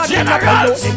Generals